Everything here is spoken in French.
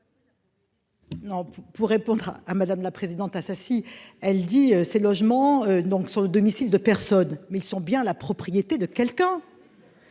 pour répondre à Madame la Présidente Assassi elle dit ces logements donc sur le domicile de personnes mais ils sont bien la propriété de quelqu'un.